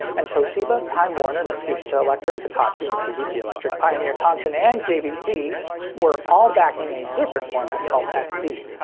and toshiba, time warner, matsushita electric, hitachi, mitsubishi electric, pioneer, thomson, and jvc were all backing a different format called sd,